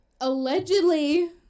Allegedly